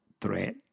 threat